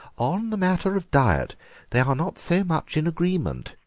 on the matter of diet they are not so much in agreement,